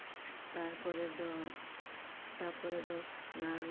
ᱛᱟᱨᱯᱚᱨᱮ ᱫᱚ ᱛᱟᱨᱯᱚᱨᱮ ᱫᱚ ᱚᱱᱟ ᱞᱚᱦᱚᱫ ᱠᱤᱪᱨᱤᱡ ᱛᱮ ᱯᱟᱞᱴᱟᱣ ᱠᱟᱛᱮᱫ ᱫᱚ ᱨᱚᱦᱚᱲ ᱠᱤᱪᱨᱤᱡ ᱛᱮᱞᱮ ᱵᱟᱸᱫᱮᱭᱮᱭᱟ